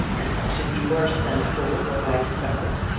and i should be worse than a fool were i to press it.